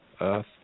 Earth